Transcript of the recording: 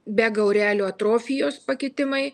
be gaurelių atrofijos pakitimai